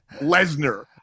Lesnar